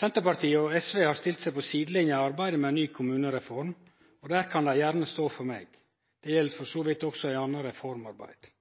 Senterpartiet og SV har stilt seg på sidelinja i arbeidet med ei ny kommunereform, og der kan dei gjerne stå for meg. Det gjeld for så vidt i anna reformarbeid også.